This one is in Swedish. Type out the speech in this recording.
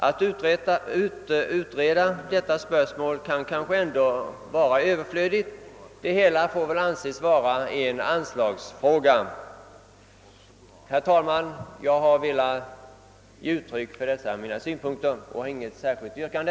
Men att utreda detta spörsmål kan kanske vara överflödigt; det hela får väl anses vara en anslagsfråga. Herr talman! Jag har velat ge uttryck för dessa mina synpunkter och har inget särskilt yrkande.